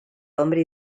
hombre